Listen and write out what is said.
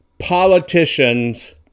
politicians